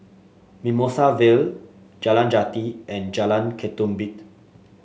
Mimosa Vale Jalan Jati and Jalan Ketumbit